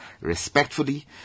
Respectfully